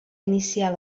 iniciar